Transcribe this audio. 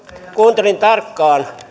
kuuntelin tarkkaan